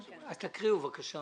תקראו את התקנות, בבקשה.